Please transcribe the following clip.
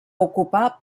ocupar